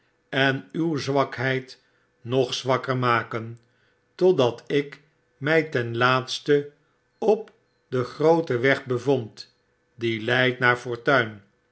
en uw zwakheid nog zwakker maken totdat ik my ten laatste op den grooten weg bevond die leidt naar fortuin